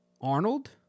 Arnold